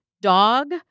dog